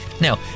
Now